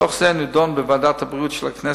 דוח זה נדון בוועדת הבריאות של הכנסת,